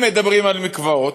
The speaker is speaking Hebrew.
אם מדברים על מקוואות,